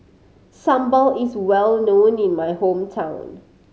sambal is well known in my hometown